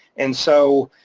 and so